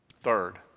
Third